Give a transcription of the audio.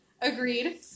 Agreed